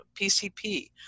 PCP